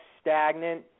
stagnant